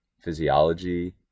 physiology